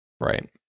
Right